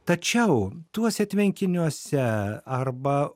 tačiau tuose tvenkiniuose arba